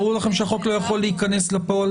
ברור לכם שהחוק לא יכול להיכנס לפועל